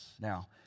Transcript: Now